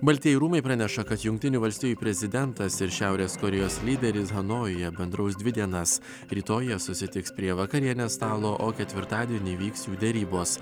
baltieji rūmai praneša kad jungtinių valstijų prezidentas ir šiaurės korėjos lyderis hanojuje bendraus dvi dienas rytoj jie susitiks prie vakarienės stalo o ketvirtadienį vyks derybos